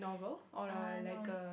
eh no wait